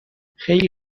خیلی